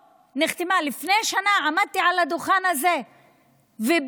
לפני שנה עמדתי על הדוכן הזה ובירכתי